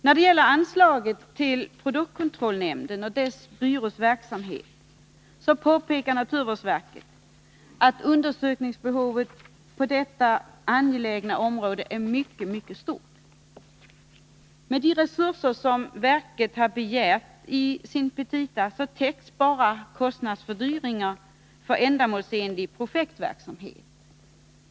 När det gäller anslaget till produktkontrollnämnden och dess byrås verksamhet påpekar naturvårdsverket att undersökningsbehovet på detta angelägna område är mycket, mycket stort. Med de resurser som verket har begärt i sina petita täcks bara kostnadsfördyrningar för angelägen projektverksamhet.